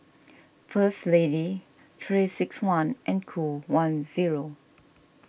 First Lady three six one and Qoo one zero